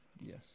yes